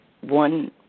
one